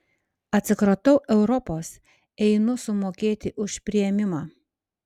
atsikratau europos einu sumokėti už priėmimą